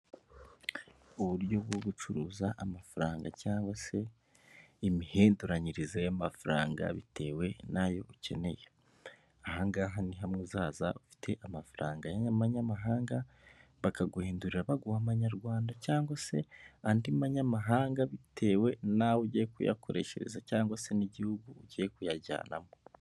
Uburyo bwo gucuruza amafaranga cyangwa se imihinduranyirize y'amafaranga bitewe n'ayo ukeneye, ahangaha ni hamwe uzaza ufite amafaranga y'amanyamahanga bakaguhindurira baguha amanyarwanda cyangwa se andi manyamahanga bitewe naho ugiye kuyakoreshereza cyangwa se n'igihugu ugiye kuyajyanamo.